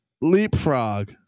Leapfrog